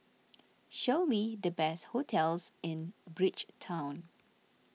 show me the best hotels in Bridgetown